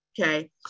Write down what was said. Okay